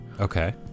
Okay